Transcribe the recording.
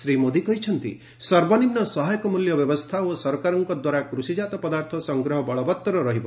ଶ୍ରୀ ମୋଦି କହିଛନ୍ତି ସର୍ବନିମ୍ନ ସହାୟକ ମୂଲ୍ୟ ବ୍ୟବସ୍ଥା ଓ ସରକାରଙ୍କଦ୍ୱାରା କୃଷିକାତ ପଦାର୍ଥ ସଂଗ୍ରହ ବଳବଉର ରହିବ